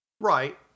Right